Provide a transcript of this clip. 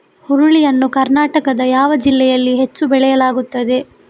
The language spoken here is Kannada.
ಹುರುಳಿ ಯನ್ನು ಕರ್ನಾಟಕದ ಯಾವ ಜಿಲ್ಲೆಯಲ್ಲಿ ಹೆಚ್ಚು ಬೆಳೆಯಲಾಗುತ್ತದೆ?